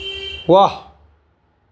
ৱাহ